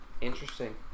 Interesting